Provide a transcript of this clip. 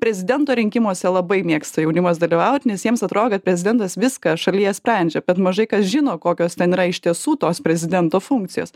prezidento rinkimuose labai mėgsta jaunimas dalyvaut nes jiems atrodo kad prezidentas viską šalyje sprendžia bet mažai kas žino kokios ten yra iš tiesų tos prezidento funkcijos